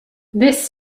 this